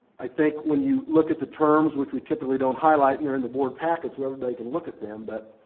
i think when you look at the terms, which we typically don't highlight and they're in the board packet, so everybody can look at them, but